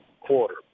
quarter